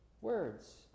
words